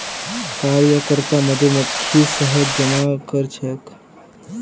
कार्यकर्ता मधुमक्खी शहद जमा करछेक